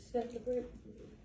Celebrate